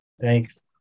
thanks